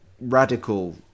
radical